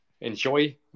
enjoy